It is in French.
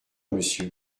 monsieur